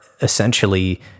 essentially